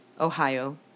Ohio